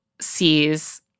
sees